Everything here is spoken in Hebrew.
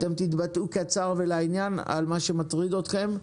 אתם תתבטאו קצר ולעניין על מה שמטריד אתכם,